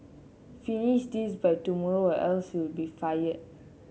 finish this by tomorrow or else you'll be fired